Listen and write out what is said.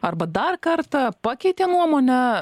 arba dar kartą pakeitė nuomonę